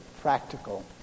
practical